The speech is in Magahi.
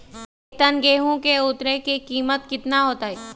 एक टन गेंहू के उतरे के कीमत कितना होतई?